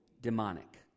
demonic